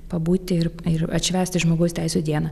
pabūti ir ir atšvęsti žmogaus teisių dieną